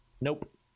Nope